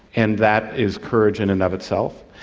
and that is courage in and of itself,